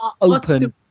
open